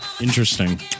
Interesting